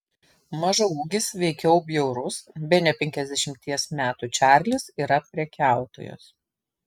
mažaūgis veikiau bjaurus bene penkiasdešimties metų čarlis yra prekiautojas